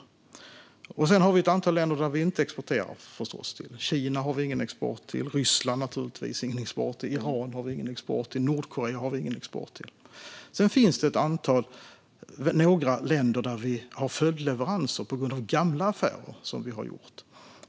Sedan har vi förstås ett antal länder som vi inte exporterar till: Kina har vi ingen export till, och vi har naturligtvis ingen export till Ryssland. Vi exporterar inte till Iran eller Nordkorea. Sedan finns det några länder dit vi gör följdleveranser utifrån gamla affärer som vi har gjort.